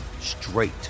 straight